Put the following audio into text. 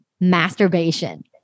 masturbation